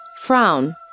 Frown